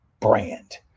brand